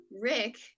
Rick